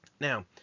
Now